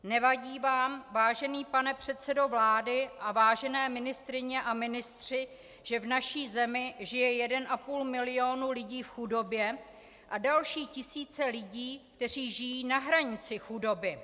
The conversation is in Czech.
Nevadí vám, vážený pane předsedo vlády a vážené ministryně a ministři, že v naší zemi žije jeden a půl milionu lidí v chudobě a další tisíce lidí, kteří žijí na hranici chudoby?